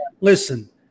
listen